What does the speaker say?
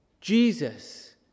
jesus